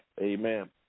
amen